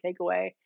takeaway